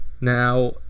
Now